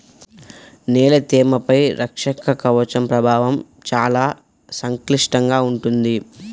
నేల తేమపై రక్షక కవచం ప్రభావం చాలా సంక్లిష్టంగా ఉంటుంది